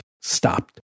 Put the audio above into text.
stopped